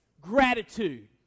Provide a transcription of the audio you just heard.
gratitude